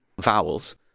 Vowels